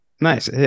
Nice